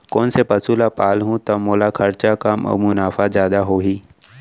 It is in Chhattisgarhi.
कोन से पसु ला पालहूँ त मोला खरचा कम अऊ मुनाफा जादा होही?